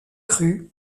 cru